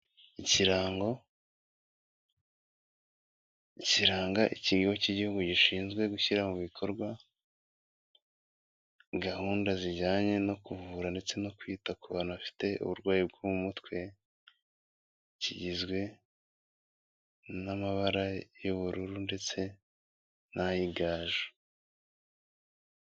Ikirango kiranga ikigo cy'igihugu gishinzwe gushyira mu bikorwa gahunda zijyanye no kuvura ndetse no kwita ku bantu bafite uburwayi bw'umutwe, kigizwe n'amabara y'ubururu ndetse n'ay'igaju.